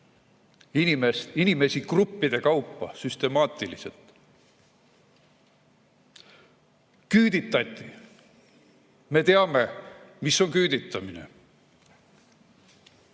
inimesi gruppide kaupa ja süstemaatiliselt. Küüditati. Me teame, mis on küüditamine.